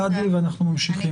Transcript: סעדי ואנחנו ממשיכים.